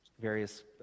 various